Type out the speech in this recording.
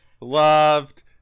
Loved